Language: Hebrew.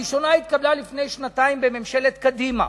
הראשונה התקבלה לפני שנתיים בממשלת קדימה,